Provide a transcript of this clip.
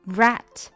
rat